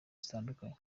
zitandukanye